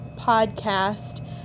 podcast